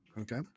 Okay